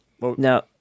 No